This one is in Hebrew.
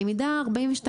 היא מידה 42-44,